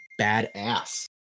badass